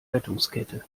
rettungskette